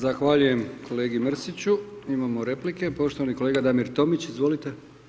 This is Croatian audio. Zahvaljujem kolegi Mrsiću, imamo replike poštovani kolega Damir Tomić, izvolite.